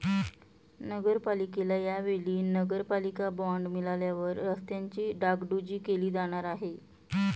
नगरपालिकेला या वेळी नगरपालिका बॉंड मिळाल्यावर रस्त्यांची डागडुजी केली जाणार आहे